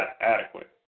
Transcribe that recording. adequate